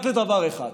רק לדבר אחד: